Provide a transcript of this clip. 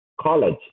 college